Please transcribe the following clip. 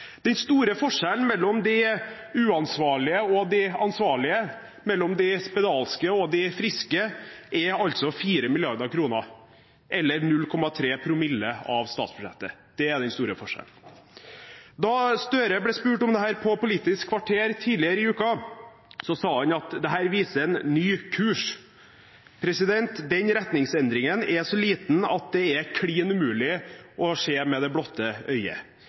Den store forskjellen mellom de uansvarlige og de ansvarlige, mellom de spedalske og de friske, er altså 4 mrd. kr – eller 0,3 promille av statsbudsjettet. Det er den store forskjellen. Da Gahr Støre ble spurt om dette på Politisk kvarter tidligere i uken, sa han at dette viser en ny kurs. Den retningsendringen er så liten at den er klin umulig å se med det blotte